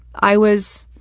i was,